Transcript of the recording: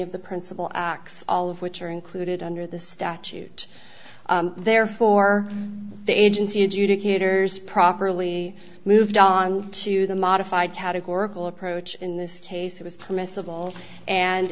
of the principal acts all of which are included under the statute therefore the agency adjudicators properly moved on to the modified categorical approach in this case it was permissible and